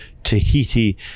Tahiti